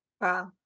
Wow